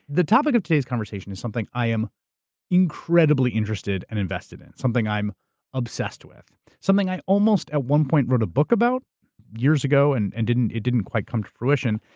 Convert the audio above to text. the topic of today's conversation is something i am incredibly interested and invested in, something i'm obsessed with, something i almost, at one point, wrote a book about years ago, and and it didn't quite come to fruition.